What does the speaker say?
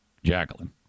Jacqueline